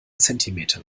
zentimeter